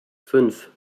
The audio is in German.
fünf